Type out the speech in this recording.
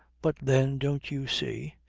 but then, don't you see,